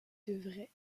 devrait